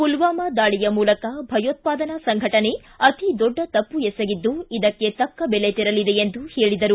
ಪುಲ್ವಾಮಾ ದಾಳಿಯ ಮೂಲಕ ಭಯೋತ್ವಾದನಾ ಸಂಘಟನೆ ಅತೀ ದೊಡ್ಡ ತಪ್ಪು ಎಸಗಿದ್ದು ಇದಕ್ಕೆ ತಕ್ಕ ಬೆಲೆ ತೆರಲಿದೆ ಎಂದರು